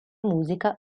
musica